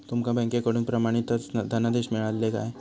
तुमका बँकेकडून प्रमाणितच धनादेश मिळाल्ले काय?